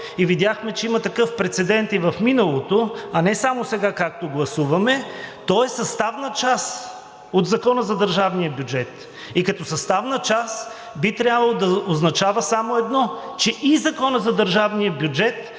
и видяхме, че има такъв прецедент в миналото, а не само сега, както гласуваме, то е съставна част от Закона за държавния бюджет. И като съставна част би трябвало да означава само едно – че и Законът за държавния бюджет